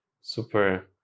super